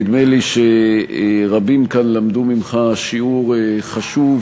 נדמה לי שרבים כאן למדו ממך שיעור חשוב,